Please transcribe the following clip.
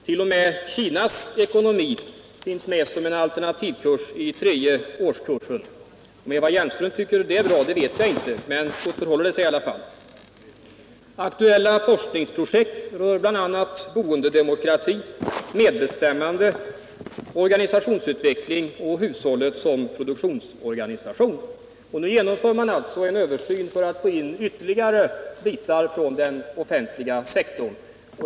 Till och med Kinas ekonomi finns med som en alternativkurs i tredje årskursen. Om Eva Hjelmström tycker det är bra vet jag inte, men så förhåller det sig i alla fall. Aktuella forskningsprojekt rör bl.a. boendedemokrati, medbestämmande, organisationsutveckling och hushållet som produktionsorganisation. Nu genomför man alltså en översyn för att få in ytterligare bitar från den offentliga sektorn.